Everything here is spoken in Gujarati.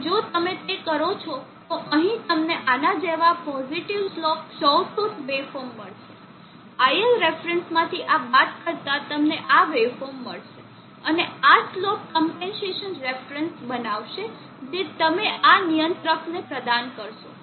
અને જો તમે તે કરો છો તો અહીં તમને આના જેવા positive slope sawtooth waveform મળશે iLref માંથી આ બાદ કરતા તમને આ વેવફોર્મ મળશે અને આ સ્લોપ ક્મ્પેન્સેસન રેફરન્સ બનાવશે જે તમે આ નિયંત્રકને પ્રદાન કરશો